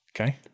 Okay